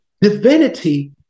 divinity